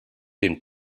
den